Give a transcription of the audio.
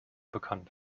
bekannt